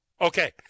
Okay